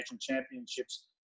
Championships